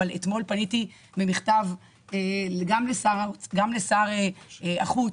אבל אתמול פניתי במכתב גם לשר החוץ,